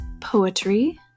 poetry